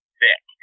thick